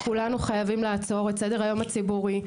כולנו חייבים לעצור את סדר היום הציבורי,